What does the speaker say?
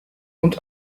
und